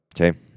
Okay